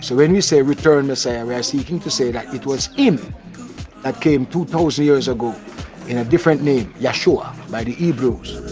so when we say returned messiah, we are seeking to say it was him that came two thousand years ago in a different name, yahushua, by the hebrews.